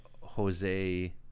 Jose